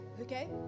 Okay